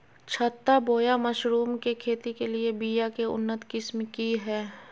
छत्ता बोया मशरूम के खेती के लिए बिया के उन्नत किस्म की हैं?